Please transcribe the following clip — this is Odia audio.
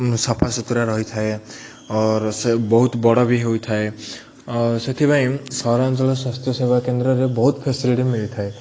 ସଫା ସୁୁତୁରା ରହିଥାଏ ଅର୍ ସେ ବହୁତ ବଡ଼ ବି ହୋଇଥାଏ ସେଥିପାଇଁ ସହରାଞ୍ଚଳ ସ୍ୱାସ୍ଥ୍ୟ ସେବା କେନ୍ଦ୍ରରେ ବହୁତ ଫେସିଲିଟି ମିଳିଥାଏ